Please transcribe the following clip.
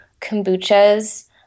kombuchas